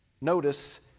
Notice